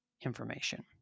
information